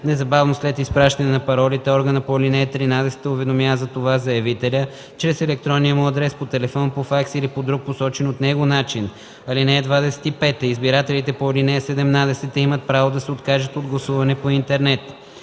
Незабавно след изпращане на паролите органът по ал. 13 уведомява за това заявителя чрез електронния му адрес, по телефон, по факс или по друг посочен от него начин. (25) Избирателите по ал. 17 имат право да се откажат от гласуване по интернет.